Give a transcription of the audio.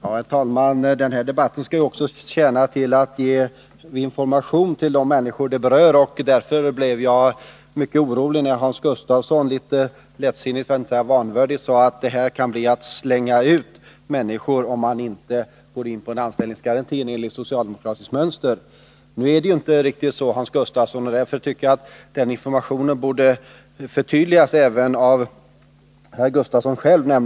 Herr talman! Den här debatten skall ju också tjäna till att ge information till de människor som berörs, och därför blev jag mycket orolig när Hans Gustafsson litet lättsinnigt, för att inte säga vanvördigt, sade att det innebär att man slänger ut människor, om man inte inför en anställningsgaranti enligt socialdemokratiskt mönster. Det förhåller sig inte så, Hans Gustafsson, och därför tycker jag att informationen borde förtydligas även av herr Gustafsson själv.